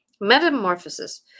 Metamorphosis